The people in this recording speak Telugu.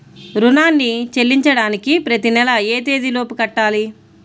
రుణాన్ని చెల్లించడానికి ప్రతి నెల ఏ తేదీ లోపు కట్టాలి?